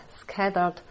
scattered